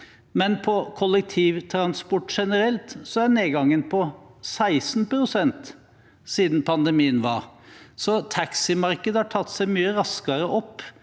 men på kollektivtransport generelt er nedgangen på 16 pst. siden pandemien. Taximarkedet har tatt seg mye raskere opp